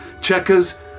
checkers